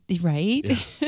Right